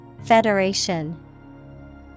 Federation